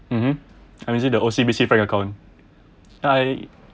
mmhmm I'm using the O_C_B_C bank account I